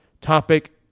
topic